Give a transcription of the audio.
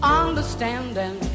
understanding